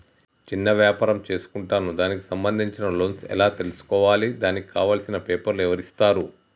చిన్న వ్యాపారం చేసుకుంటాను దానికి సంబంధించిన లోన్స్ ఎలా తెలుసుకోవాలి దానికి కావాల్సిన పేపర్లు ఎవరిస్తారు?